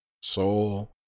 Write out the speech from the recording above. soul